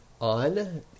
On